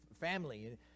family